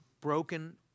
broken